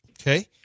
okay